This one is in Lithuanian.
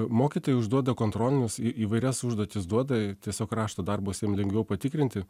mokytojai užduoda kontrolinius į įvairias užduotis duoda tiesiog rašto darbus jiem lengviau patikrinti